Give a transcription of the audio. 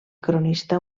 cronista